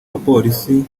bapolisi